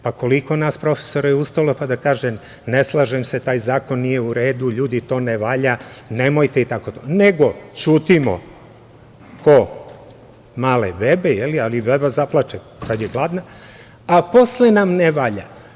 Pa, koliko nas profesora je ustalo pa da kaže – ne slažem se, taj zakon nije u redu, ljudi, to ne valja, nemojte i tako to, nego ćutimo kao male bebe, ali beba zaplače kada je gladna, a posle nam ne valja.